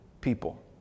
people